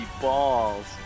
balls